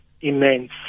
immense